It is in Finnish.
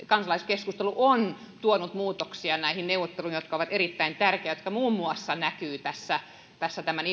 kansalaiskeskustelu on tuonut muutoksia näihin neuvotteluihin jotka ovat erittäin tärkeät jotka muun muassa näkyvät tässä tässä tämän